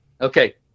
Okay